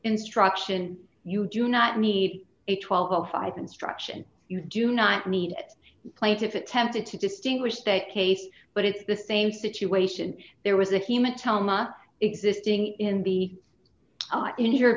instruction you do not need a twelve of five instruction you do not need plaintiff attempted to distinguish state case but it's the same situation there was a human telma existing in b in your